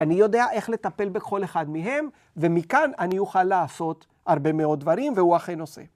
אני יודע איך לטפל בכל אחד מהם, ומכאן אני אוכל לעשות הרבה מאוד דברים והוא אכן עושה.